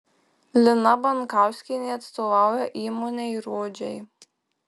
lina bankauskienė atstovauja įmonei rodžiai